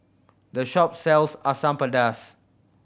the shop sells Asam Pedas